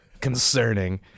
concerning